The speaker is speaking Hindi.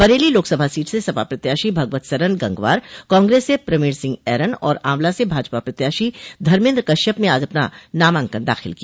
बरेली लोकसभा सीट से सपा प्रत्याशी भगवत सरन गंगवार कांग्रेस से प्रवीण सिंह ऐरन और आंवला से भाजपा प्रत्याशी धमेन्द्र कश्यप ने आज अपना नामांकन दाखिल किया